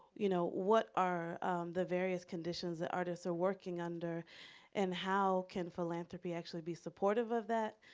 you know, what are the various conditions that artists are working under and how can philanthropy actually be supportive of that,